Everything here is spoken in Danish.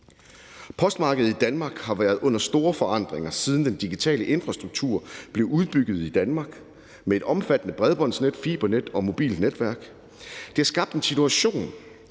Postmarkedet i Danmark har været under store forandringer, siden den digitale infrastruktur blev udbygget i Danmark med et omfattende bredbåndsnet, fibernet og mobilt netværk. Det har skabt en situation,